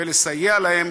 ולסייע להן